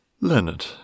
Leonard